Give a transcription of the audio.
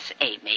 Amy